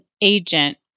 agent